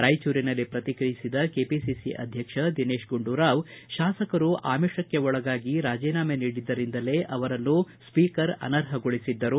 ರಾಯಚೂರಿನಲ್ಲಿ ಪ್ರತಿಕ್ರಿಯಿಸಿದ ಕೆಪಿಸಿಸಿ ಅಧ್ಯಕ್ಷ ದಿನೇತ್ ಗುಂಡೂರಾವ್ ಶಾಸಕರು ಅಮಿಷಕ್ಕೆ ಒಳಗಾಗಿ ರಾಜಿನಾಮೆ ನೀಡಿದ್ದರಿಂದಲೇ ಅವರನ್ನು ಸ್ವೀಕರ್ ಅನರ್ಹಗೊಳಿಸಿದ್ದರು